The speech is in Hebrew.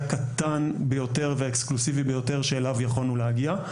קטן ביותר והאקסקלוסיבי ביותר שאליו יכולנו להגיע.